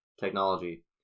technology